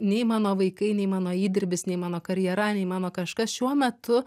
nei mano vaikai nei mano įdirbis nei mano karjera nei mano kažkas šiuo metu